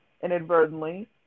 inadvertently